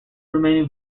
remaining